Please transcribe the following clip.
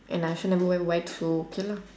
and I also never wear white so okay lah